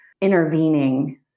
intervening